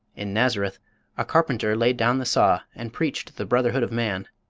in nazareth a carpenter laid down the saw and preached the brotherhood of man.